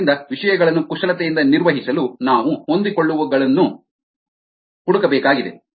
ಆದ್ದರಿಂದ ವಿಷಯಗಳನ್ನು ಕುಶಲತೆಯಿಂದ ನಿರ್ವಹಿಸಲು ನಾವು ಹೊಂದಿಕೊಳ್ಳುವ ನೋಡ್ ಗಳನ್ನು ಹುಡುಕಬೇಕಾಗಿದೆ